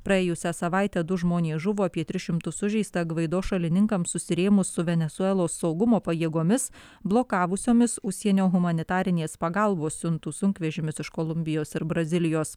praėjusią savaitę du žmonės žuvo apie tris šimtus sužeista gvaido šalininkams susirėmus su venesuelos saugumo pajėgomis blokavusioms užsienio humanitarinės pagalbos siuntų sunkvežimius iš kolumbijos ir brazilijos